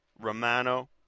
Romano